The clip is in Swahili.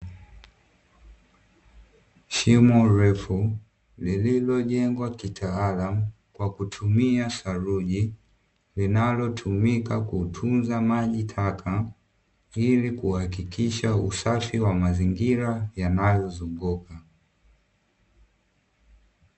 Shimo refu lililo jengwa kitaalamu kwa kutumia saruji linalo tumika kutunza maji taka ili kuhakikisha usafi wa mazingira yanayo zunguka.